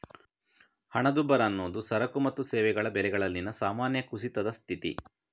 ಹಣದುಬ್ಬರ ಅನ್ನುದು ಸರಕು ಮತ್ತು ಸೇವೆಗಳ ಬೆಲೆಗಳಲ್ಲಿನ ಸಾಮಾನ್ಯ ಕುಸಿತದ ಸ್ಥಿತಿ